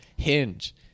Hinge